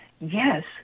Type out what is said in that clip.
yes